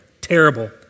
terrible